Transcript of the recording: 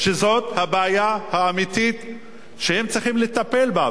שזאת הבעיה האמיתית שהם צריכים לטפל בה,